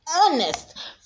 honest